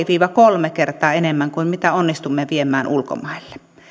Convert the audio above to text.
viiva kolme kertaa enemmän kuin mitä onnistumme viemään ulkomaille